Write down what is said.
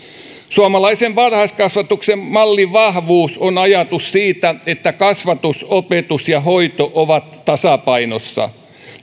suomalaisen varhaiskasvatuksen mallin vahvuus on ajatus siitä että kasvatus opetus ja hoito ovat tasapainossa